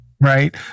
Right